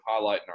highlighting